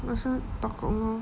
ask her tok kong lor